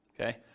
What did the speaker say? okay